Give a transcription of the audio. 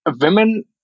women